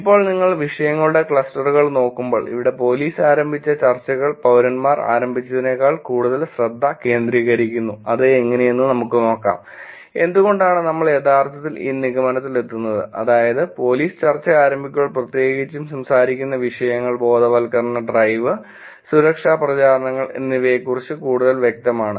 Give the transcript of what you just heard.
ഇപ്പോൾ നിങ്ങൾ വിഷയങ്ങളുടെ ക്ലസ്റ്ററുകൾ നോക്കുമ്പോൾ ഇവിടെ പോലീസ് ആരംഭിച്ച ചർച്ചകൾ പൌരന്മാർ ആരംഭിച്ചതിനേക്കാൾ കൂടുതൽ ശ്രദ്ധ കേന്ദ്രീകരിക്കുന്നു അത് എങ്ങനെയെന്ന് നമുക്ക് നോക്കാം എന്തുകൊണ്ടാണ് നമ്മൾ യഥാർത്ഥത്തിൽ ഈ നിഗമനത്തിലെത്തുന്നത് അതായത് പോലീസ് ചർച്ച ആരംഭിക്കുമ്പോൾ പ്രത്യേകിച്ചും സംസാരിക്കുന്ന വിഷയങ്ങൾ ബോധവൽക്കരണ ഡ്രൈവ് സുരക്ഷാ പ്രചാരണങ്ങൾ എന്നിവയെക്കുറിച്ച് കൂടുതൽ വ്യക്തമാണ്